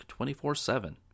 24-7